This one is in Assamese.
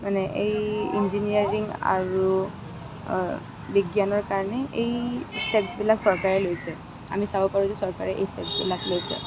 মানে এই ইঞ্জিনিয়াৰিং আৰু বিজ্ঞানৰ কাৰণে এই ষ্টেপছ্বিলাক চৰকাৰে লৈছে আমি চাব পাৰোঁ যে চৰকাৰে এই ষ্টেপছ্বিলাক লৈছে